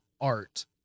art